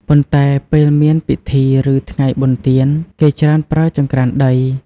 ប៉ុន្តែ ពេលមានពិធី ឬ ថ្ងៃបុណ្យទាន គេច្រើនប្រើចង្ក្រានដី។